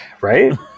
Right